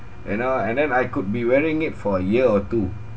you know and then I could be wearing it for a year or two